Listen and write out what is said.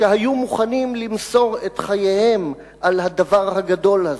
שהיו מוכנים למסור את חייהם על הדבר הגדול הזה.